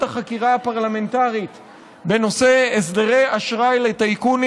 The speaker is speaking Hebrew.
החקירה הפרלמנטרית בנושא הסדרי אשראי לטייקונים.